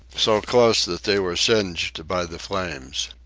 so close that they were singed by the flames.